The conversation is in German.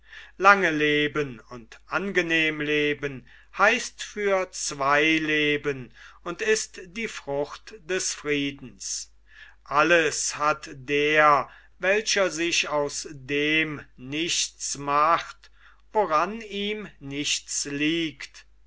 lange leben und angenehm leben heißt für zwei leben und ist die frucht des friedens alles hat der welcher sich aus dem nichts macht woran ihm nichts liegt